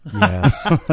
Yes